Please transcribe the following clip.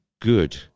good